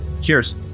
Cheers